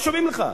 לא שומעים לך.